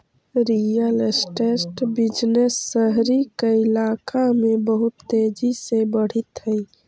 real estate business शहरी कइलाका में बहुत तेजी से बढ़ित हई